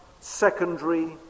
secondary